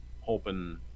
hoping